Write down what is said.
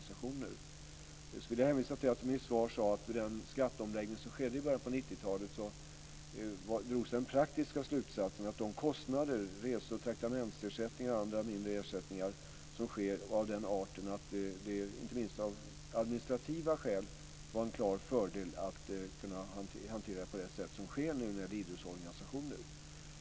Jag skulle vilja hänvisa till vad jag säger i mitt svar om att vid den skatteomläggning som skedde i början av 90-talet drogs den praktiska slutsatsen att kostnaderna - rese och traktamentsersättningar och andra mindre ersättningar - är av den arten att det, inte minst av administrativa skäl, är en klar fördel att kunna hantera det hela så som nu sker när det gäller idrottsorganisationer.